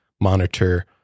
monitor